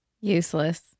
Useless